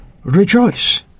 Rejoice